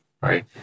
right